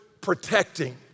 protecting